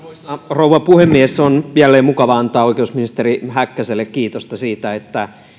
rouva puhemies on jälleen mukava antaa oikeusministeri häkkäselle kiitosta siitä että